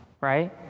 right